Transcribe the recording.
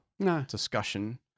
discussion